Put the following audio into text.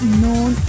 known